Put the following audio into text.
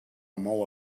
mou